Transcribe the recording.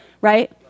right